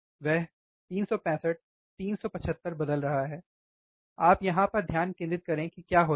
वह 365 375 बदल रहा है आप यहाँ पर ध्यान केंद्रित करें कि क्या होता है